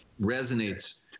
resonates